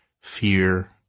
Fear